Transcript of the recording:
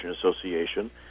Association